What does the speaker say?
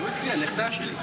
גם אצלי, הנכדה שלי.